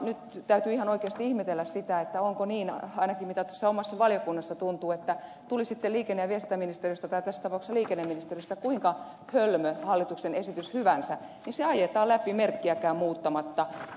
nyt täytyy ihan oikeasti ihmetellä sitä miltä ainakin tuossa omassa valiokunnassa tuntuu että tuli sitten liikenne ja viestintäministeriöstä tai tässä tapauksessa liikenneministeriöstä kuinka hölmö hallituksen esitys hyvänsä niin se ajetaan läpi merkkiäkään muuttamatta